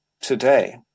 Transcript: today